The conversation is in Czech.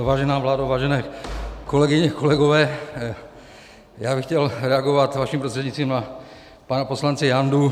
Vážená vládo, vážené kolegyně, kolegové, já bych chtěl reagovat vaším prostřednictvím na pana poslance Jandu.